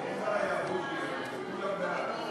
פרטי חובה בהודעה בדבר משלוח דואר רשום),